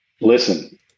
Listen